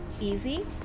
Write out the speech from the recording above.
easy